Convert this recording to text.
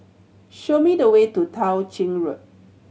show me the way to Tao Ching Road